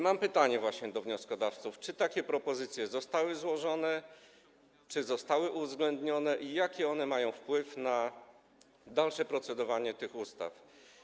Mam pytanie do wnioskodawców: Czy takie propozycje zostały złożone, czy zostały uwzględnione i jaki one mają wpływ na dalsze procedowanie nad tymi ustawami?